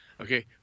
Okay